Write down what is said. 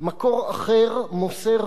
מקור אחר מוסר לי